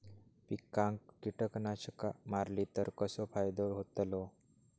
पिकांक कीटकनाशका मारली तर कसो फायदो होतलो?